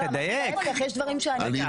להיפך, יש דברים שאני.